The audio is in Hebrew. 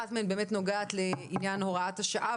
אחת מהן נוגעת לעניין הוראת השעה.